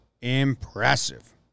impressive